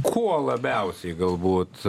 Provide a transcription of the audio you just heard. kuo labiausiai galbūt